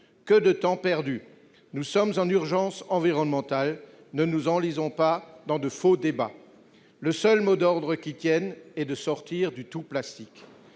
Que de temps perdu ! Il y a urgence environnementale. Ne nous enlisons pas dans de faux débats. Le seul mot d'ordre qui tienne est de sortir du tout-plastique.